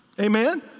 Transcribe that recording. Amen